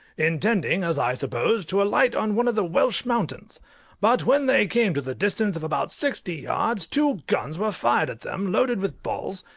intending, as i supposed, to alight on one of the welsh mountains but when they came to the distance of about sixty yards two guns were fired at them, loaded with balls,